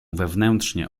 wewnętrznie